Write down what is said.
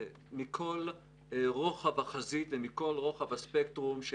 מכל רוחב החזית ומכל רוחב הספקטרום של